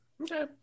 Okay